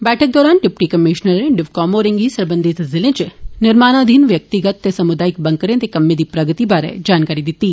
बैठक दौरान डिप्टी कमीश्नरें डिविजनल कमीश्नर होरें गी सरबंधित जिलें च निर्माणाधीन व्यक्तिगत ते समुदायिक बंकरें दे कम्में दी प्रगति बारै जानकारी दिती